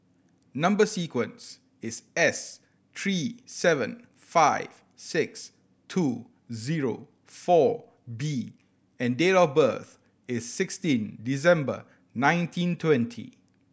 number sequence is S three seven five six two zero four B and date of birth is sixteen December nineteen twenty